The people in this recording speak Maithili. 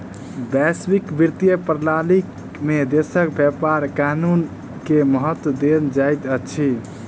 वैश्विक वित्तीय प्रणाली में देशक व्यापार कानून के महत्त्व देल जाइत अछि